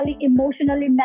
emotionally